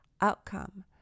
outcome